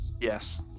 Yes